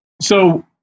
So-